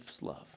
love